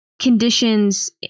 conditions